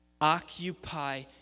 Occupy